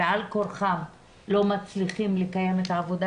שבעל כורחם לא מצליחים לקיים את העבודה